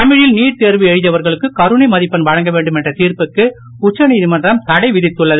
தமிழில் நீட் தேர்வு எழுதியவர்களுக்கு கருணை மதிப்பெண் வழங்கவேண்டும் என்ற தீர்ப்புக்கு உச்சநீதிமன்றம் தடைவிதித்துள்ளது